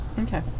okay